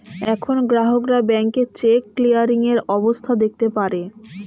এখন গ্রাহকরা ব্যাংকে চেক ক্লিয়ারিং এর অবস্থা দেখতে পারে